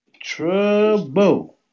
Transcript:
trouble